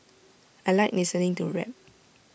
I Like listening to rap